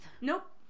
Nope